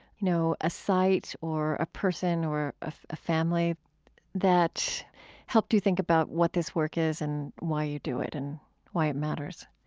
you know, a site or a person or ah a family that helped you think about what this work is and why you do it and why it matters